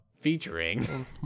Featuring